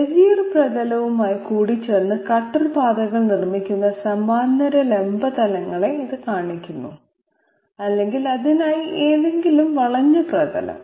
Bezier പ്രതലവുമായി കൂടിച്ചേർന്ന് cutter പാതകൾ നിർമ്മിക്കുന്ന സമാന്തര ലംബ തലങ്ങളെ ഇത് കാണിക്കുന്നു അല്ലെങ്കിൽ അതിനായി ഏതെങ്കിലും വളഞ്ഞ പ്രതലം